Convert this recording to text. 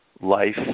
life